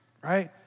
right